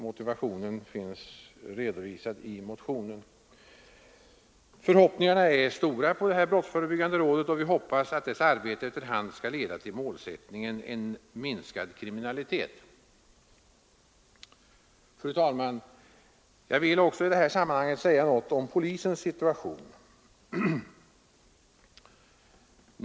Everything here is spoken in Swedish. Motiveringen finns redovisad i motionen. Förhoppningarna på det brottsförebyggande rådet är stora, och vi hoppas att dess arbete efter hand skall leda till målsättningen: en minskad kriminalitet. Fru talman! Jag vill i det här sammanhanget också säga något om polisens situation.